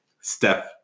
Steph